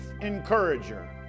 encourager